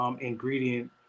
ingredient